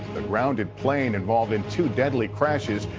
the grounded plane involved in two deadly crashes,